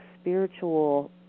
spiritual